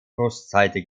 brustseite